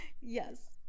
yes